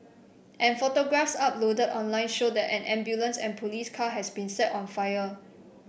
and photographs uploaded online show that an ambulance and police car has been set on fire